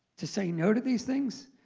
to say no to these things?